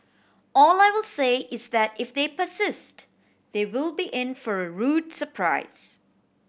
all I will say is that if they persist they will be in for a rude surprise